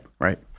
Right